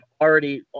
already